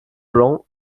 blanc